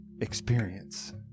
experience